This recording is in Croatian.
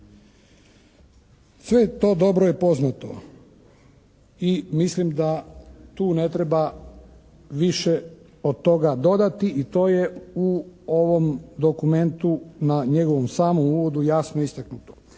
je to dobro i poznato i mislim da tu ne treba više od toga dodati i to je u ovom dokumentu na njegovom samom uvodu jasno istaknuto.